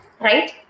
right